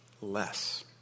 less